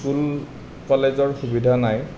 school কলেজৰ সুবিধা নাই